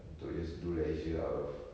untuk just do leisure out of